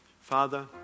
Father